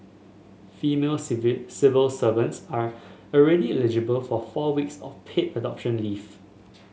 female civil servants are already eligible for four weeks of paid adoption leave